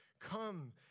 come